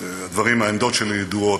שהעמדות שלי ידועות.